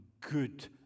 good